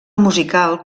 musical